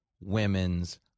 women's